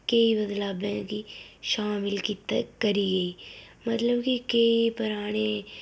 केईं बदलावें गी शामल कीता करी गेई मतलब कि केईं पराने